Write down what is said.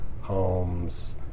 homes